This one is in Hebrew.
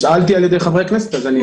נשאלתי על ידי חברי כנסת, אז אני מבקש להשיב.